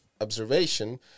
observation